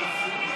לסעיף